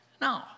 No